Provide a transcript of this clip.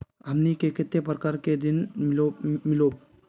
हमनी के कते प्रकार के ऋण मीलोब?